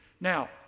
Now